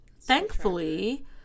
Thankfully